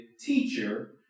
Teacher